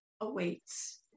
awaits